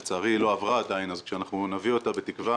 לצערי היא לא עברה עדיין אז כשאנחנו נביא אותה,